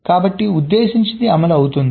కాబట్టి ఉద్దేశించినది అమలు అవుతుంది